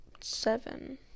seven